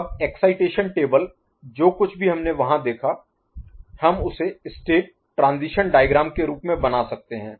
अब excitation table जो कुछ भी हमने वहां देखा हम उसे स्टेट ट्रांजीशन डायग्राम के रूप में बना सकते हैं